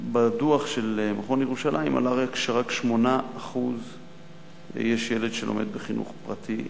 בדוח של מכון ירושלים עלה שרק 8% ילדים לומדים בחינוך פרטי,